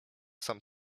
sam